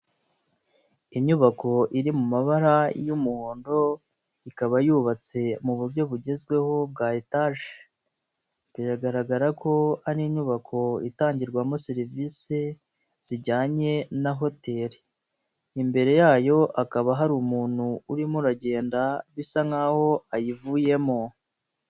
Inyubako iri mu mabara y'umuhondo, ikaba yubatse mu buryo bugezweho bwa etaje, biragaragara ko ari inyubako itangirwamo serivisi zijyanye na hoteli, imbere yayo hakaba hari umuntu urimo uragenda bisa nk'aho ayivuyemo.